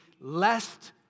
lest